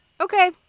Okay